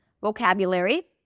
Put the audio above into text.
vocabulary